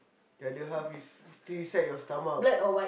the other half is still inside your stomach